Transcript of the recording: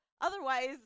Otherwise